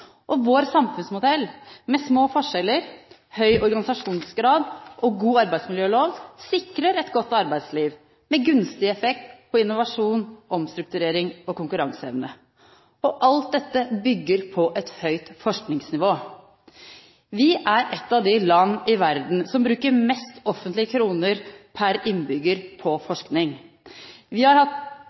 samfunn. Vår samfunnsmodell med små forskjeller, høy organisasjonsgrad og god arbeidsmiljølov sikrer et godt arbeidsliv med gunstig effekt på innovasjon, omstrukturering og konkurranseevne. Alt dette bygger på et høyt forskningsnivå. Vi er ett av de landene i verden som bruker mest offentlige kroner per innbygger på forskning. Vi har hatt